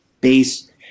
base